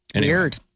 Weird